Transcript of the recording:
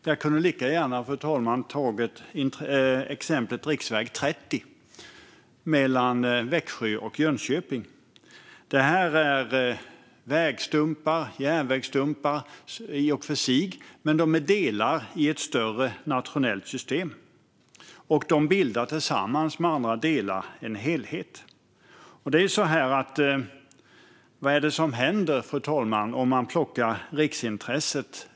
Jag kunde lika gärna ha tagit upp exemplet riksväg 30 mellan Växjö och Jönköping. Det här är i och för sig vägstumpar och järnvägsstumpar, men de är delar av ett större nationellt system och bildar tillsammans med andra delar en helhet. Vad händer, fru talman, om man plockar ut riksintresset?